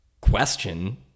question